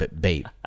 bait